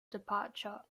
departure